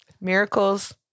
Miracles